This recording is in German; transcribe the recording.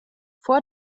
vor